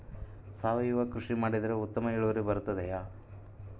ಸಾವಯುವ ಕೃಷಿ ಮಾಡಿದರೆ ಉತ್ತಮ ಇಳುವರಿ ಬರುತ್ತದೆಯೇ?